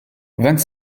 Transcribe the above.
vingt